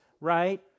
right